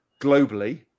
globally